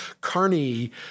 Carney